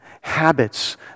habits